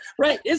right